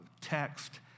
text